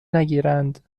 نگیرند